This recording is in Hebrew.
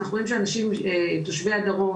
אנחנו רואים שתושבי הדרום,